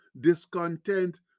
discontent